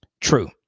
True